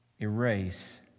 erase